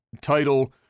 title